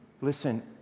Listen